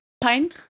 Pine